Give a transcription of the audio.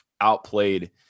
outplayed